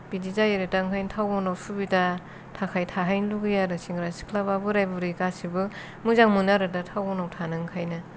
बिदि जायो आरो दा ओंखायनो टाउनाव सुबिदा थाखाय थाहैनो लुबैयो आरो सेंग्रा सिख्ला बा बोराय बुरै गासैबो मोजां मोनो आरो दा टाउनाव थानो ओंखायनो